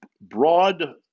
broad